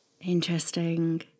interesting